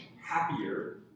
happier